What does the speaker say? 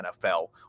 NFL